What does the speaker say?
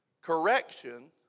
correction